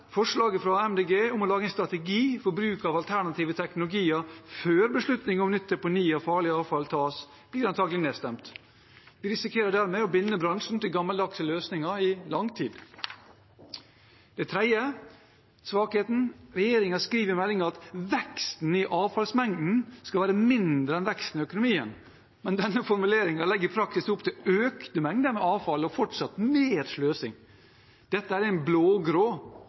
forslaget fra MDG om å lage en strategi for bruk av alternative teknologier før beslutning om nytt deponi for farlig avfall tas, antakelig blir nedstemt. Vi risikerer dermed å binde bransjen til gammeldagse løsninger i lang tid. Den tredje svakheten er at regjeringen skriver i meldingen at veksten i avfallsmengden skal være mindre enn veksten i økonomien, men denne formuleringen legger i praksis opp til økte mengder med avfall og fortsatt mer sløsing. Dette er en